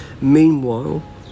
Meanwhile